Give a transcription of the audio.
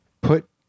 put